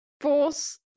force